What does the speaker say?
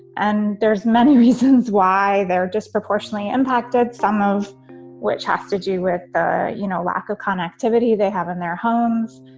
and there's many reasons why they are disproportionately impacted, some of which has to do with, you know, lack of connectivity they have in their homes,